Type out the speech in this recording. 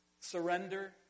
Surrender